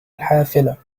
الحافلة